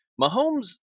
Mahomes